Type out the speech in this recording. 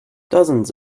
dozens